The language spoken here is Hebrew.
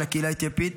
של הקהילה האתיופית,